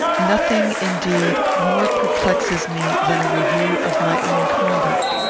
nothing, indeed, more perplexes me than a review of my own conduct.